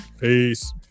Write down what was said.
Peace